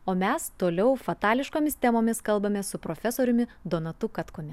o mes toliau fatališkomis temomis kalbamės su profesoriumi donatu katkumi